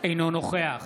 אינו נוכח